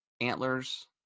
antlers